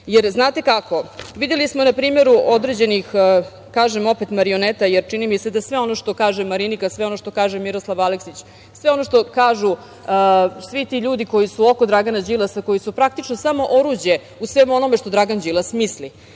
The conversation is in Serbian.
jer, znate kako, videli smo na primeru određenih, kažem opet, marioneta, jer čini mi se da sve ono što kaže Marinika, sve ono što kaže Miroslav Aleksić, sve ono što kažu svi ti ljudi koji su oko Dragana Đilasa, koji su, praktično, samo oruđe u svemu onome što Dragan Đilas misli,